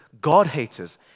God-haters